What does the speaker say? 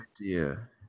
idea